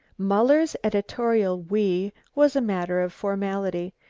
muller's editorial we was a matter of formality.